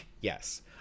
Yes